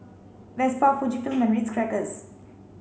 Vespa Fujifilm and Ritz Crackers